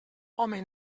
home